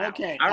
Okay